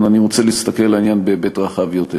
כי אני רוצה להסתכל על העניין בהיבט רחב יותר.